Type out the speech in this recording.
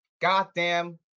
goddamn